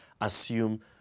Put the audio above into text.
assume